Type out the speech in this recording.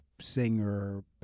singer